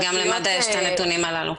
וגם למד"א יש את הנתונים הללו.